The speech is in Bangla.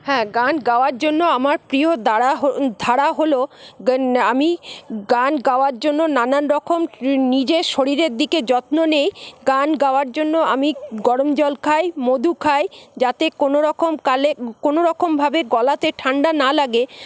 হ্যাঁ গান গাওয়ার জন্য আমার প্রিয় দ্বারা হল ধারা হল আমি গান গাওয়ার জন্য নানান রকম নিজের শরীরের দিকে যত্ন নি গান গাওয়ার জন্য আমি গরম জল খাই মধু খাই যাতে কোনো রকম কালে কোনো রকমভাবে গলাতে ঠান্ডা না লাগে